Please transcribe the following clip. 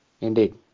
Indeed